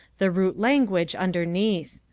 the root-language underneath.